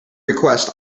request